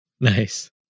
Nice